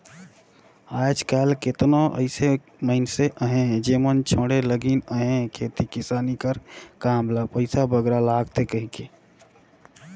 आएज काएल केतनो अइसे मइनसे अहें जेमन छोंड़े लगिन अहें खेती किसानी कर काम ल पइसा बगरा लागथे कहिके